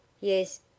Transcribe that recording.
Yes